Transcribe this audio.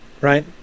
right